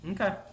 okay